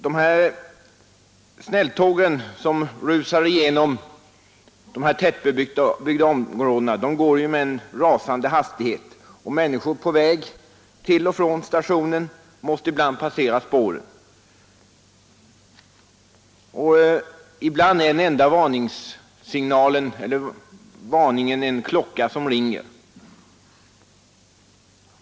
De snälltåg som passerar igenom våra tätbebyggda områden går ju med en rasande hastighet. Människor som är på väg till och från stationen måste ibland passera spåret. Den enda varningen kan ibland utgöras av en klocka som ringer.